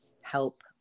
help